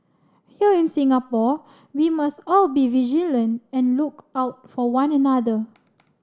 here in Singapore we must all be vigilant and look out for one another